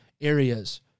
areas